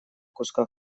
куска